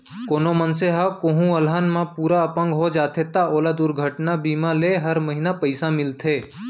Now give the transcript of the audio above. कोनों मनसे ह कोहूँ अलहन म पूरा अपंग हो जाथे त ओला दुरघटना बीमा ले हर महिना पइसा मिलत रथे